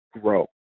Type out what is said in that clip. grow